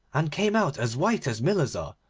and came out as white as millers are,